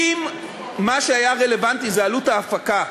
אם מה שהיה רלוונטי זה עלות ההפקה,